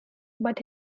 but